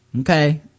Okay